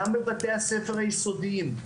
גם בבתי הספר היסודיים,